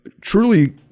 truly